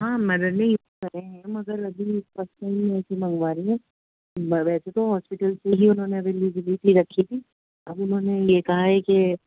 ہاں مدر نے یوز کرے ہیں مگر ابھی پرسنلی ایسے ہی منگوا رہی ہوں ویسے تو ہاسپیٹل سے ہی انہوں نے ہی رکھی تھی اب انہوں نے یہ کہا ہے کہ